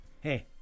hey